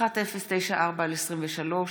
פ/1094/23,